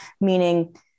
Meaning